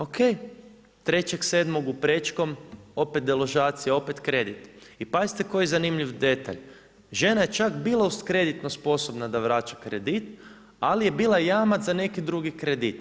Ok, 03.07. u Prečkom, opet deložacija, opet kredit, i pazite koji je zanimljiv detalj, žena je čak bila kreditno sposobna da vraća kredit, ali je bila jamac za neki drugi kredit.